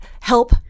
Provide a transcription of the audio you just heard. help